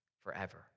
forever